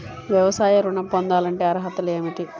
వ్యవసాయ ఋణం పొందాలంటే అర్హతలు ఏమిటి?